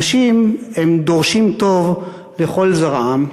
אנשים הם דורשים טוב לכל זרעם,